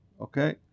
Okay